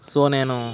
so నేను